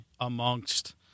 amongst